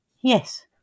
Yes